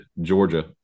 Georgia